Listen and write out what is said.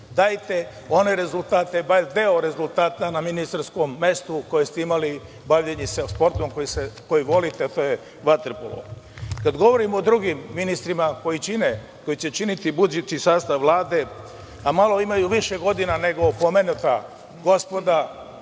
Dajte one rezultate, bar deo rezultata na ministarskom mestu koje ste imali baveći se sportom koji volite, a to je vaterpolo. Kada govorimo o drugim ministrima koji će činiti budući sastav Vlade, a malo imaju više godina nego pomenuta gospoda,